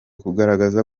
kugaragaza